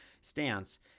stance